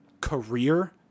career